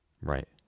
Right